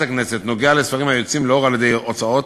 הכנסת נוגע לספרים היוצאים לאור על-ידי הוצאות